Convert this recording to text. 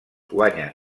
guanya